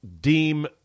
deem